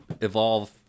evolve